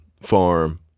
farm